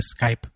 Skype